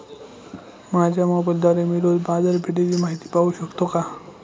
माझ्या मोबाइलद्वारे मी रोज बाजारपेठेची माहिती पाहू शकतो का?